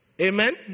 Amen